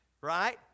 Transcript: right